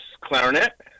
clarinet